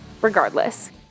Regardless